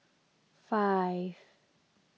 five